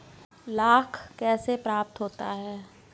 लाख कैसे प्राप्त होता है?